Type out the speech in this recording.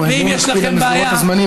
חייבים לעמוד במסגרות הזמנים,